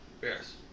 Yes